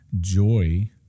joy